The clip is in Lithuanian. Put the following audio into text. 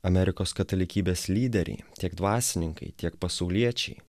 amerikos katalikybės lyderiai tiek dvasininkai tiek pasauliečiai